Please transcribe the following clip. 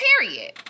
Period